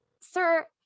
sir